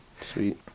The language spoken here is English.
Sweet